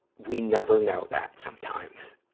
we never know that, sometimes,